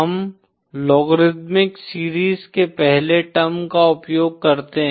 हम logarithmic series के पहले टर्म का उपयोग करते हैं